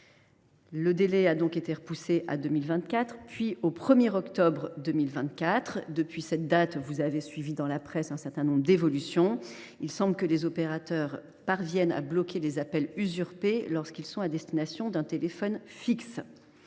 le délai a donc été prolongé jusqu’au 1 octobre 2024. Depuis cette date, vous avez suivi dans la presse un certain nombre d’évolutions : il semble que les opérateurs parviennent à bloquer les appels usurpés lorsqu’ils sont à destination d’un téléphone fixe.